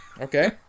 Okay